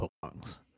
belongs